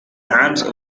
arms